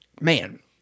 man